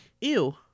Ew